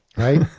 right?